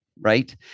right